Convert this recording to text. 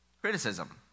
criticism